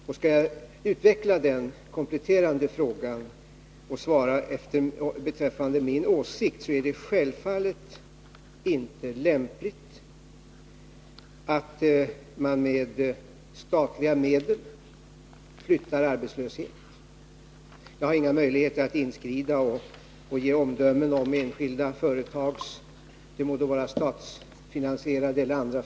Jag vill utveckla den kompletterande frågeställningen och ge ett svar beträffande min åsikt: Det är självfallet inte lämpligt att med statliga medel flytta arbetslöshet. Jag har inga möjligheter att inskrida och ge omdömen om enskilda företags göranden och låtanden — det må gälla statsfinansierade eller andra.